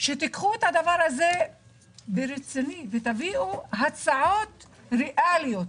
שתיקחו את הדבר הזה ברצינות ותביאו הצעות ריאליות